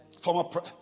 former